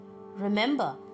Remember